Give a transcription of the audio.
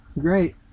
Great